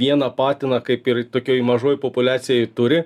vieną patiną kaip ir tokioj mažoj populiacijoj turi